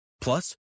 plus